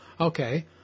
Okay